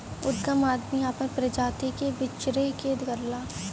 उदगम आदमी आपन प्रजाति के बीच्रहे के करला